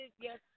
Yes